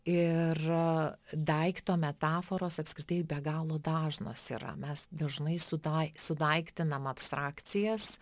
ir daikto metaforos apskritai be galo dažnos yra mes dažnai sudai sudaiktinam abstrakcijas